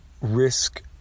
risk